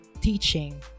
teaching